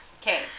okay